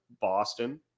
Boston